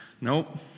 nope